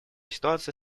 ситуация